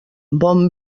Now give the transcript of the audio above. bon